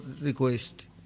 request